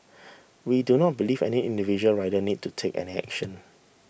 we do not believe any individual rider needs to take any action